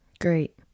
Great